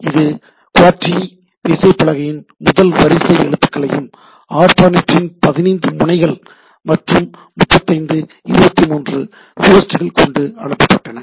இது QWERTY விசைப் பலகையின் முதல் வரிசை எழுத்துக்களையும் ஆர்ப்பாநெட்ன் 15 முனைகள் மற்றும் 35 23 ஹோஸ்ட்கள் கொண்டு அனுப்பப்பட்டது